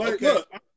look